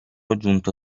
aggiunto